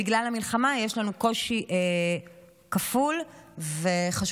בגלל המלחמה יש לנו קושי כפול וחשוב,